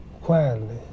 quietly